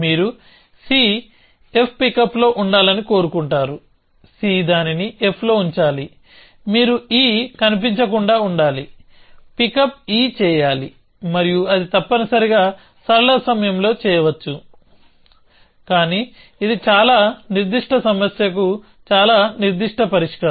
మీరు cf పికప్లో ఉండాలని కోరుకుంటారు c దానిని fలో ఉంచాలి మీరు e కనిపించకుండా ఉండాలి పికప్ e చేయాలి మరియు అది తప్పనిసరిగా సరళ సమయంలో చేయవచ్చు కానీ ఇది చాలా నిర్దిష్ట సమస్యకు చాలా నిర్దిష్ట పరిష్కారం